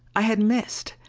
i had missed!